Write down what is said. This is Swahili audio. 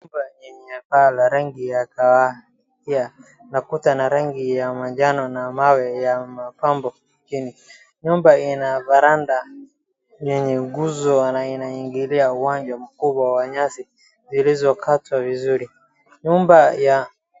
Nyumba yenye paa la rangi ya kahawia na ukuta ya rangi ya manjano na mawe ya mapambo chini, nyumba ina verandah yenye guzo na inaingilia uwanja wa nyasi zilizokatwa vizuri, nyumba ya.